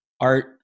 Art